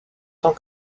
tant